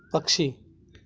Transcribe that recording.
पक्षी